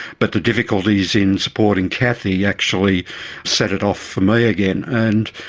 but the difficulties in supporting cathy actually set it off for me again. and